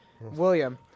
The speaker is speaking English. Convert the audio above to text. William